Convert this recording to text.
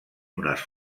unes